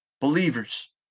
believers